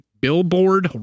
Billboard